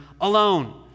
alone